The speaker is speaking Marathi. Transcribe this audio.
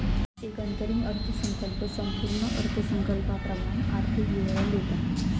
एक अंतरिम अर्थसंकल्प संपूर्ण अर्थसंकल्पाप्रमाण आर्थिक विवरण देता